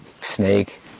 snake